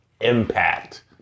Impact